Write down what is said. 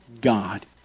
God